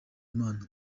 imana